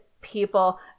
people